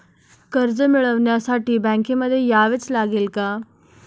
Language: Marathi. कर्ज मिळवण्यासाठी बँकेमध्ये यावेच लागेल का?